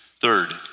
Third